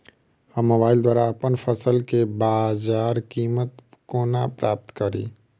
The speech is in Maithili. हम मोबाइल द्वारा अप्पन फसल केँ बजार कीमत कोना प्राप्त कड़ी?